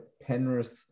Penrith